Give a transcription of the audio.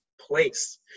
place